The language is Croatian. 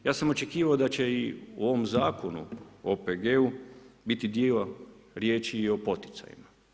Ja sam očekivao da će i u ovom Zakonu o OPG-u biti dio riječi i o poticajima.